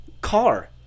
car